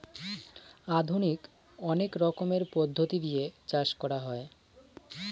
আধুনিক অনেক রকমের পদ্ধতি দিয়ে চাষ করা হয়